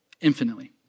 Infinitely